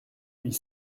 huit